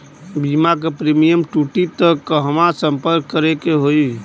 बीमा क प्रीमियम टूटी त कहवा सम्पर्क करें के होई?